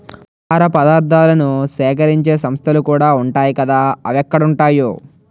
ఆహార పదార్థాలను సేకరించే సంస్థలుకూడా ఉంటాయ్ కదా అవెక్కడుంటాయో